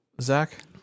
Zach